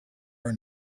our